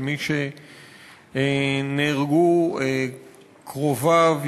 של מי שנהרגו קרוביו,